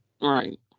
Right